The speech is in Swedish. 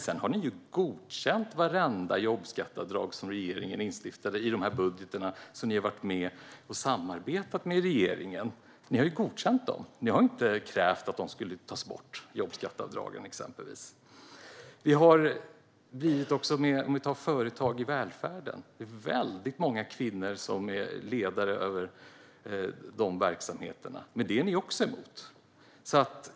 Sedan har ni godkänt vartenda jobbskatteavdrag som alliansregeringen instiftade i de budgetar som ni har varit med och samarbetat med regeringen om. Ni har ju godkänt dem - inte krävt att de skulle tas bort. När det gäller företag i välfärden är det väldigt många kvinnor som är ledare för de verksamheterna. Men dem är ni också emot.